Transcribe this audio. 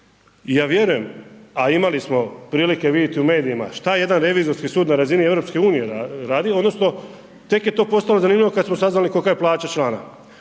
ja vjerujem, a imali smo prilike vidjeti u medijima šta jedan Revizorski sud na razini EU radi odnosno tek je to postalo zanimljivo kad smo saznali kolika je plaća člana.